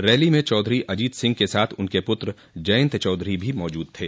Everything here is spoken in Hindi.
रैली में चौधरी अजित सिंह के साथ उनके पुत्र जयंत चौधरी भी मौजूद थे